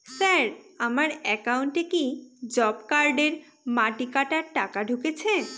Sir আমার একাউন্টে কি জব কার্ডের মাটি কাটার টাকা ঢুকেছে?